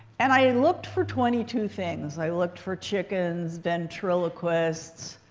and i had and looked for twenty two things. i looked for chickens, ventriloquists,